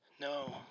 No